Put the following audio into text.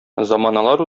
заманалар